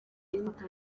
ifoto